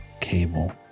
cable